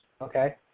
okay